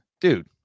dude